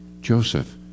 Joseph